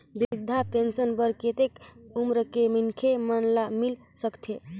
वृद्धा पेंशन बर कतेक उम्र के मनखे मन ल मिल सकथे?